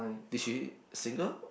did she single